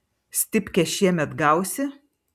stipkę šiemet gausi